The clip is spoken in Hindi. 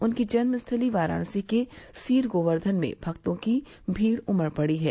उनकी जन्म स्थली वाराणसी के सीर गोवर्धन में भक्तों की भीड उमड़ पड़ी है